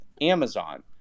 Amazon